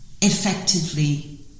effectively